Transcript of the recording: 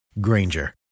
Granger